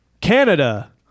Canada